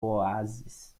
oásis